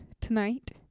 Tonight